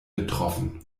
betroffen